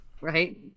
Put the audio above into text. right